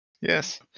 Yes